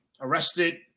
arrested